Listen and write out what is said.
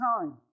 time